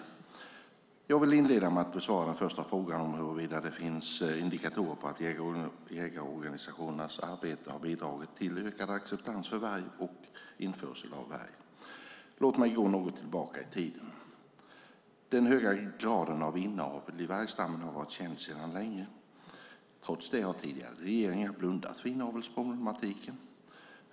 Jag vill inleda med att besvara den första frågan, huruvida det finns indikationer på att jägarorganisationernas arbete har bidragit till ökad acceptans för varg och införsel av varg. Låt mig gå något tillbaka i tiden. Den höga graden av inavel i vargstammen har varit känd sedan länge. Trots det har tidigare regeringar blundat för inavelsproblemen.